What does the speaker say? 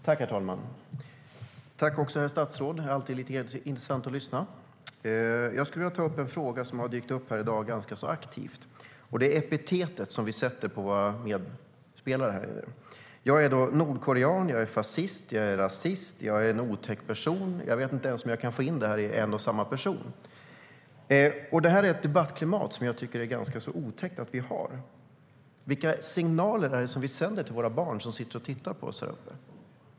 Herr talman! Tack, herr statsråd! Det är alltid intressant att lyssna. Det är ett debattklimat som jag tycker är ganska otäckt. Vilka signaler sänder vi till våra barn som sitter uppe på läktaren och tittar på oss?